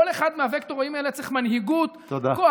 כל אחד מהווקטורים האלה צריך מנהיגות קוהרנטית,